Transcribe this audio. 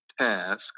task